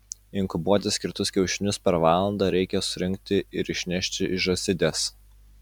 inkubuoti skirtus kiaušinius per valandą reikia surinkti ir išnešti iš žąsidės